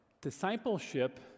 Discipleship